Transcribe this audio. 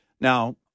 Now